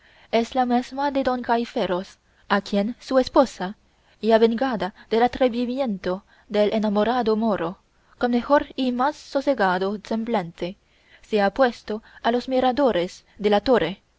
es la mesma de don gaiferos a quien su esposa ya vengada del atrevimiento del enamorado moro con mejor y más sosegado semblante se ha puesto a los miradores de la torre